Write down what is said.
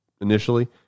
initially